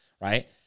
right